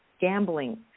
gambling